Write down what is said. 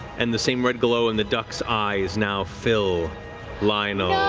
and the same red glow in the duck's eyes now fill lionel's.